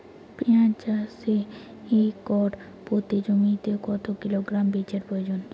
পেঁয়াজ চাষে একর প্রতি জমিতে কত কিলোগ্রাম বীজের প্রয়োজন?